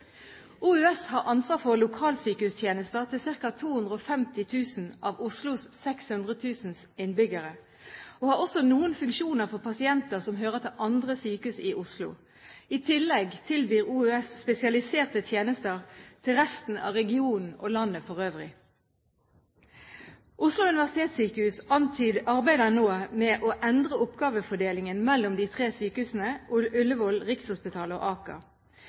har ansvar for lokalsykehustjenester til ca. 250 000 av Oslos 600 000 innbyggere og har også noen funksjoner for pasienter som hører til andre sykehus i Oslo. I tillegg tilbyr Oslo universitetssykehus spesialiserte tjenester til resten av regionen og landet for øvrig. Oslo Universitetssykehus arbeider nå med å endre oppgavefordelingen mellom de tre sykehusene – Ullevål, Rikshospitalet og Aker